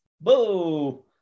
Boo